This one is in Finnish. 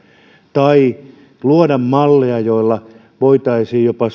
tai luoda malleja joilla voitaisiin jopa